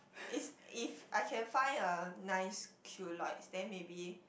is if I can find a nice then maybe